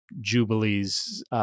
Jubilees